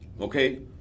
okay